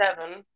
seven